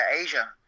Asia